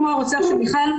כמו הרוצח של מיכל,